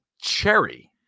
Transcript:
Cherry